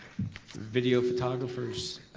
video photographers.